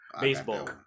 Baseball